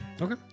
Okay